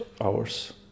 hours